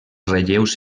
relleus